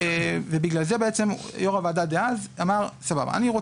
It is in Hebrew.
ובגלל זה בעצם יושב-ראש הוועדה דאז אמר: אני לא